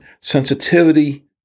Sensitivity